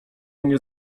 mnie